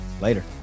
Later